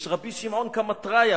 יש רבי שמעון קמטריא,